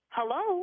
Hello